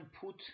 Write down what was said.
put